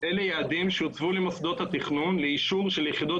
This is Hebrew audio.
ביעדים שהוצבו למוסדות התכנון לאישור של יחידות